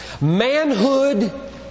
Manhood